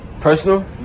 Personal